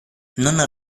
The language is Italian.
non